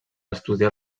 estudiar